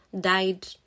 died